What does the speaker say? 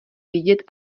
vidět